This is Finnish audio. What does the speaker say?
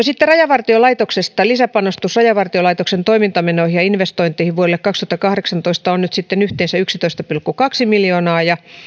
sitten rajavartiolaitoksesta lisäpanostus rajavartiolaitoksen toimintamenoihin ja investointeihin vuodelle kaksituhattakahdeksantoista on nyt yhteensä yksitoista pilkku kaksi miljoonaa ja